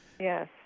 Yes